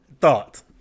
thought